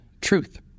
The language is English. truth